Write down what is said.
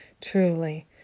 truly